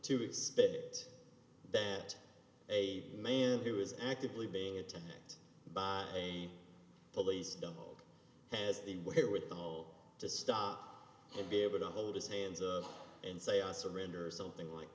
to expect that that a man who is actively being attacked by a police dog has the wherewithal to stop and be able to hold his hands and say i surrender or something like